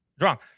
wrong